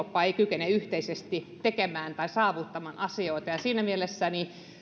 eurooppa ei kykene yhteisesti tekemään tai saavuttamaan asioita siinä mielessä